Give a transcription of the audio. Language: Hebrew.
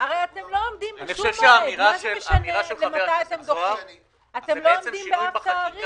תיתן דחייה של עשרה ימים כדי שתישמר לנו האפשרות